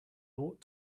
ought